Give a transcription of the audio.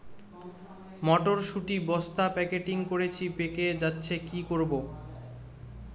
মটর শুটি বস্তা প্যাকেটিং করেছি পেকে যাচ্ছে কি করব?